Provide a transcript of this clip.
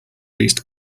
least